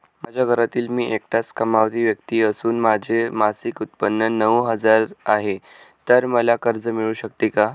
माझ्या घरातील मी एकटाच कमावती व्यक्ती असून माझे मासिक उत्त्पन्न नऊ हजार आहे, तर मला कर्ज मिळू शकते का?